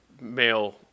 male